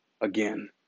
again